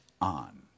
on